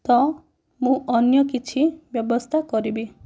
ତ ମୁଁ ଅନ୍ୟକିଛି ବ୍ୟବସ୍ଥା କରିବି